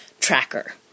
tracker